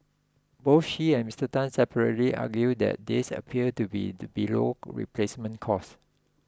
both she and Mr Tan separately argued that this appears to be to below replacement cost